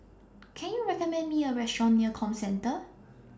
Can YOU recommend Me A Restaurant near Comcentre